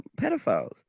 pedophiles